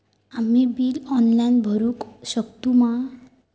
आम्ही bill online भरुक शकतू मा?